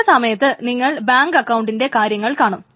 ചില സമയത്ത് നിങ്ങൾ ബാങ്ക് അക്കൌണ്ടിന്റെ കാര്യങ്ങൾ കാണും